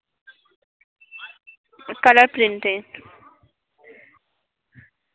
colour प्रिंटे